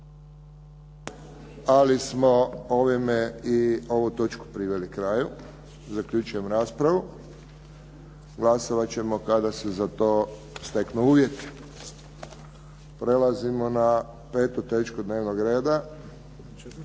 ali smo ovime i ovu točku priveli kraju. Zaključujem raspravu. Glasovat ćemo kada se za to steknu uvjeti. **Bebić, Luka (HDZ)** Treće,